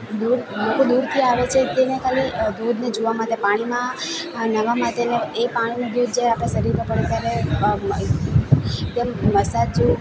દૂર લોકો દૂરથી આવે છે તેને ખાલી ધોધને જોવામાં તે પાણીમાં આ ન્હાવામાં તેને એ પાણીનો ધોધ જે આપણા શરીરમાં પડે ત્યારે તેમ મસાજ જેવું